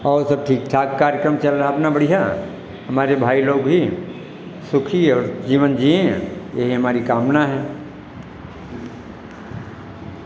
और सब ठीक ठाक कार्यक्रम चल रहा अपना बढ़िया हमारे भाई लोग भी सुखी और जीवन जिएँ यही हमारी कामना है